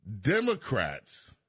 Democrats